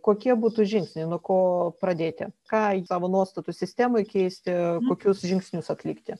kokie būtų žingsniai nuo ko pradėti ką savo nuostatų sistemoj keisti kokius žingsnius atlikti